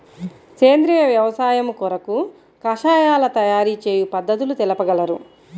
సేంద్రియ వ్యవసాయము కొరకు కషాయాల తయారు చేయు పద్ధతులు తెలుపగలరు?